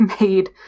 made